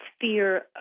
fear